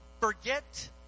forget